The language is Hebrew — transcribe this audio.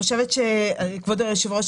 כבוד היושב-ראש,